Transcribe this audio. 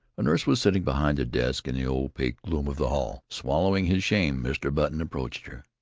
a nurse was sitting behind a desk in the opaque gloom of the hall. swallowing his shame, mr. button approached her.